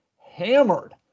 hammered